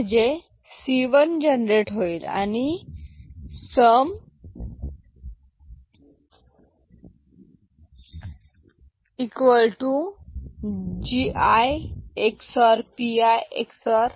यावरून C 1 generate होईल आणि सम Si Gi ⊕ Pi ⊕ Ci 1 येईल